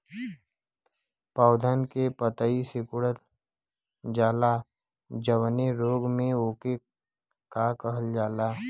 पौधन के पतयी सीकुड़ जाला जवने रोग में वोके का कहल जाला?